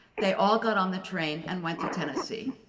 they all got on the train and went to tennessee.